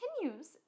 continues